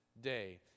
day